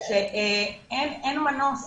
שאין מנוס